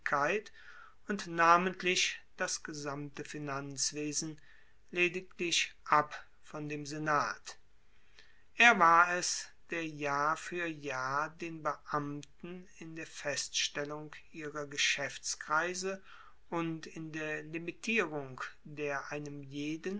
und namentlich das gesamte finanzwesen lediglich ab von dem senat er war es der jahr fuer jahr den beamten in der feststellung ihrer geschaeftskreise und in der limitierung der einem jeden